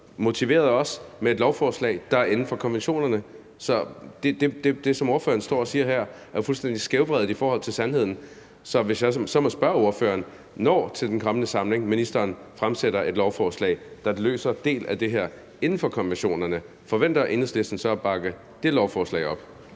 motiveret af os, med et lovforslag, der er inden for konventionerne, så det, som ordføreren står og siger her, er jo fuldstændig skævvredet i forhold til sandheden. Så hvis jeg så må spørge ordføreren: Når ministeren i den kommende samling fremsætter et lovforslag, der løser en del af det her inden for konventionerne, forventer Enhedslisten så at bakke det lovforslag op?